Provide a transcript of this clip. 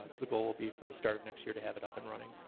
the goal will be for the start of next year to have it up and running.